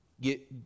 Get